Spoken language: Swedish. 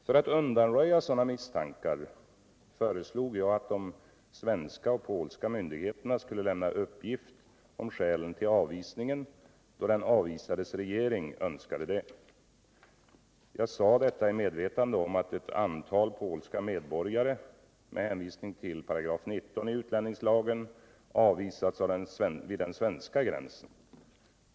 För att undanröja sådana misstankar föreslog jag att de svenska och polska myndigheterna skulle lämna uppgilt om skälen till avvisningen, då den avvisades regering önskade det. Jag sade detta i medvetande om att ett antal polska medborgare med hänvisning till paragraf 19 i utlänningslagen avvisats vid den svenska gränsen.